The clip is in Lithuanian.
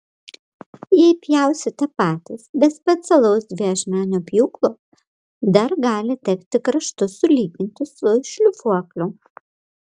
jei pjausite patys be specialaus dviašmenio pjūklo dar gali tekti kraštus sulyginti su šlifuokliu